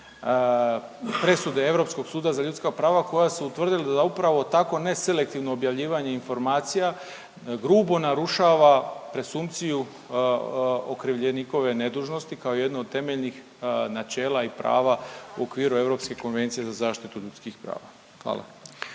presude Europskoga suda za ljudska prava koja su utvrdili da upravo tako neselektivno objavljivanje informacija grubo narušava presumpciju okrivljenikove nedužnosti kao jednu od temeljnih načela i prava u okviru Europske konvencije za zaštitu ljudskih prava, hvala.